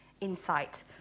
insight